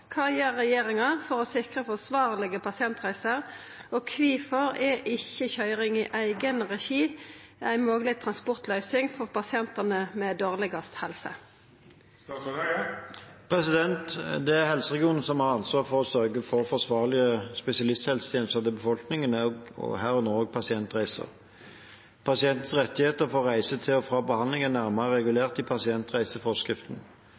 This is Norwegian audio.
Kva gjer regjeringa for å sikre forsvarlege pasientreiser, og kvifor er ikkje køyring i eigenregi ei mogleg transportløysing for pasientane med dårlegast helse?» Det er helseregionene som har ansvar for å sørge for forsvarlige spesialisthelsetjenester til befolkningen, herunder også pasientreiser. Pasientens rettigheter for reiser til og